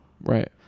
Right